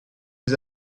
les